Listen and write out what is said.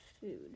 food